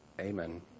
amen